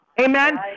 Amen